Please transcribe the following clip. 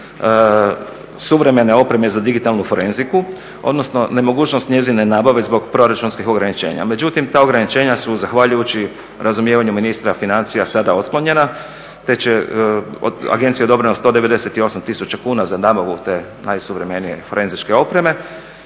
suvremene opreme za digitalnu forenziku odnosno nemogućnost njezine nabave zbog proračunskih ograničenja. Međutim, ta ograničenja su zahvaljujući razumijevanju ministra financija sada otklonjena te će, agenciji je odobreno 198 tisuća kuna za nabavu te najsuvremenije forenzičke opreme